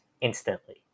instantly